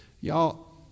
Y'all